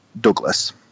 Douglas